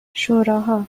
شوراها